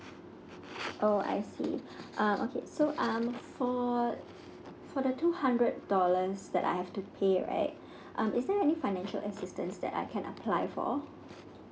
oh I see uh okay so um for for the two hundred dollars that I have to pay right um is there any financial assistance that I can apply for